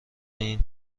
این